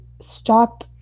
stop